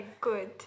good